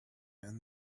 and